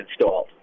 installed